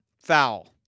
foul